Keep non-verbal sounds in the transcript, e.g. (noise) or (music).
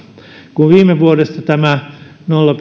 kun viime vuodesta tämä nolla (unintelligible)